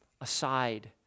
aside